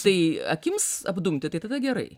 tai akims apdumti tai tada gerai